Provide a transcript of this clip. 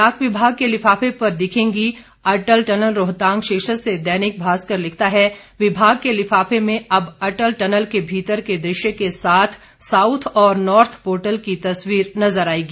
डाक विभाग के लिफाफे पर दिखेगी अटल टनल रोहतांग शीर्षक से दैनिक भास्कर लिखता है विभाग के लिफाफे में अब अटल टनल के भीतर के दृश्य के साथ साउथ और नॉर्थ पार्टल की तस्वीर नजर आएगी